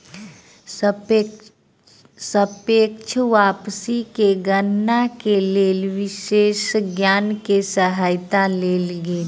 सापेक्ष वापसी के गणना के लेल विशेषज्ञ के सहायता लेल गेल